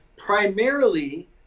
primarily